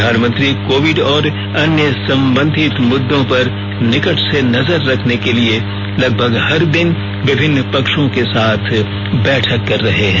प्रधानमंत्री कोविड और अन्य संबंधित मुद्दों पर निकट से नजर रखने के लिए लगभग हर दिन विभिन्न पक्षों के साथ बैठक कर रहे हैं